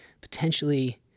potentially